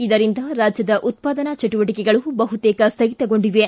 ಇದರಿಂದ ರಾಜ್ಯದ ಉತ್ಪಾದನಾ ಚಟುವಟಿಕೆಗಳು ಬಹುತೇಕ ಸ್ವಗಿತಗೊಂಡಿವೆ